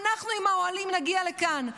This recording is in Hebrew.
אנחנו עם האוהלים נגיע לכאן,